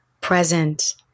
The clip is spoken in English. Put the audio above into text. Present